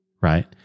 Right